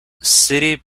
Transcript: city